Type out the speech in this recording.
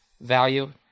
value